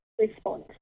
response